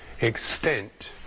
extent